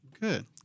Good